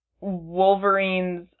Wolverine's